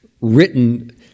written